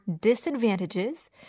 disadvantages